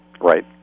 Right